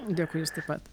dėkui jus taip pat